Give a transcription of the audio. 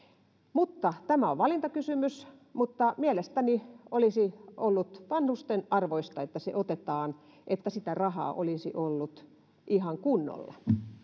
tämä on valintakysymys mutta mielestäni olisi ollut vanhusten arvoista että se otetaan että sitä rahaa olisi ollut ihan kunnolla